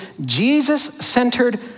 Jesus-centered